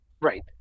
Right